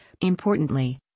Importantly